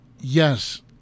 yes